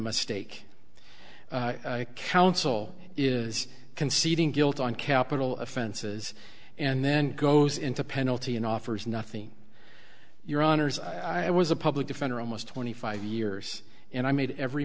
mistake counsel is conceding guilt on capital offenses and then goes into penalty and offers nothing your honors i was a public defender almost twenty five years and i made every